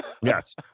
Yes